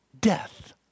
death